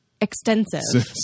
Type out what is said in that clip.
Extensive